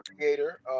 creator